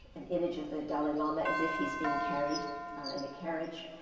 an image of the dalai lama, as if he's being carried in a carriage,